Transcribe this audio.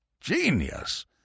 Genius